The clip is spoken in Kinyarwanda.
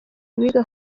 abiga